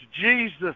Jesus